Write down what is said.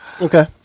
Okay